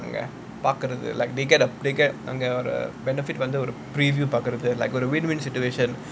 அங்க பாக்குறது:anga paakurathu like they get they get அங்க ஒரு:anga oru benefit வந்து:vanthu preview பாக்குறது:paakurathu like a win-win situation